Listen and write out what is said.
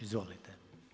Izvolite.